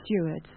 stewards